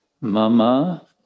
Mama